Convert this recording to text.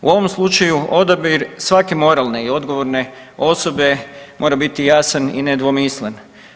U ovom slučaju odabir svake moralne i odgovorne osobe mora biti jasan i nedvosmislen.